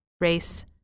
race